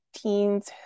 teens